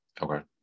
Okay